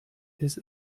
his